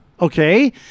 Okay